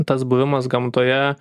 tas buvimas gamtoje